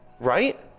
Right